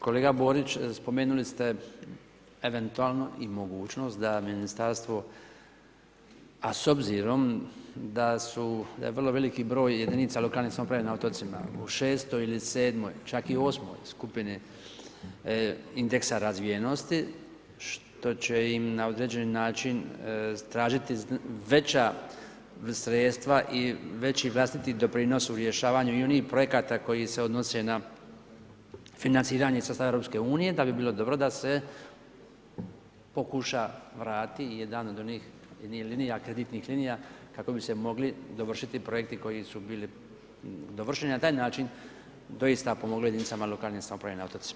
Kolega Borić, spomenuli ste eventualno i mogućnost da ministarstvo a s obzirom da je vrlo veliki broj jedinica lokalne samouprave na otocima u VI. ili VII. čak i VIII. skupini indeksa razvijenosti, što će na određeni način tražiti veća sredstva i veći vlastiti doprinos u rješavanju i onih projekata koji se odnose na financiranje sa stava EU-a, da bi bilo dobro da se pokuša, vrati, jedan od onih kreditnih linija kako bi se mogli dovršiti projekti koji su bili dovršeni, na taj način doista pomoglo jedinicama lokalne samouprave na otocima.